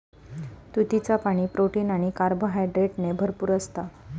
तुतीचा पाणी, प्रोटीन आणि कार्बोहायड्रेटने भरपूर असता